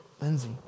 Lindsay